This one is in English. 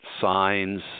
signs